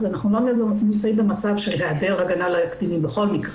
אז אנחנו לא נמצאים במצב של העדר הגנה לקטינים בכל מקרה.